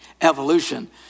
evolution